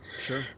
Sure